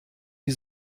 die